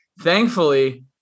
Thankfully